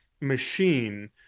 machine